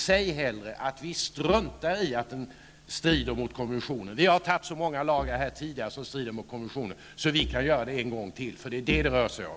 Säg hellre att vi struntar i att lagen strider mot konventionen, att vi tidigare har stiftat så många lagar som strider mot konventionen, så att vi nu kan göra det en gång till. Det är nämligen vad det rör sig om.